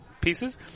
pieces